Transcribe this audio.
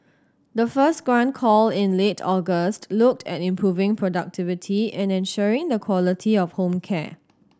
the first grant call in late August looked at improving productivity and ensuring the quality of home care